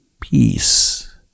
peace